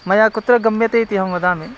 मया कुत्र गम्यते इति अहं वदामि